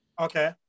Okay